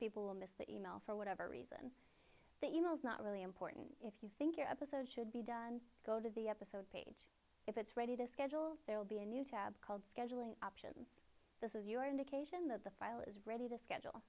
people will miss the e mail for whatever reason that you know is not really important if you think your episode should be done go to the episode if it's ready to schedule there'll be a new tab called scheduling option this is your indication that the file is ready to schedule